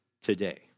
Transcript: today